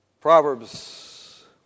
Proverbs